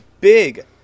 big